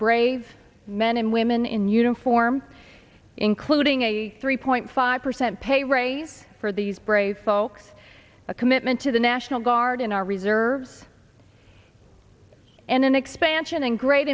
brave men and women in uniform including a three point five percent pay raise for these brave folks a commitment to the national guard in our reserves and an expansion and great